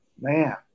man